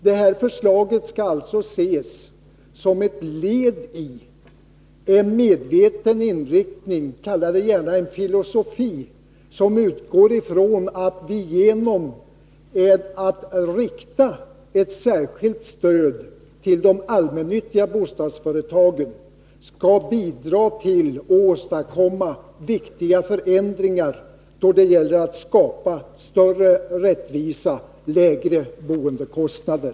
Detta förslag skall alltså ses som ett led i en medveten inriktning av bostadspolitiken — kalla det gärna en filosofi —, där man utgår från att man genom att rikta ett särskilt stöd till de allmännyttiga bostadsföretagen skall bidra till att åstadkomma viktiga förändringar, större rättvisa och lägre boendekostnader.